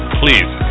please